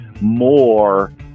more